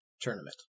tournament